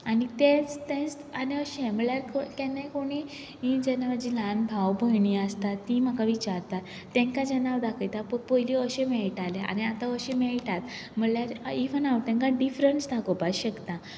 आनी तेच तेंच आनी अशें म्हणल्यार केन्नाय कोणीय हीं जेन्ना म्हजी ल्हान भाव भयणी बीन आसता तीं म्हाका विचारता तांकां जेन्ना हांव दाखयता पळय पयलीं अशें मेळटाले आनी आतां अशें मेळटात म्हणल्यार इवन हांव तांकां डिफरंस दाकोपा शकता